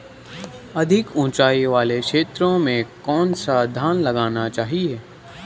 अधिक उँचाई वाले क्षेत्रों में कौन सा धान लगाया जाना चाहिए?